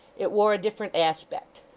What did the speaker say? it wore a different aspect.